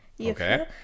Okay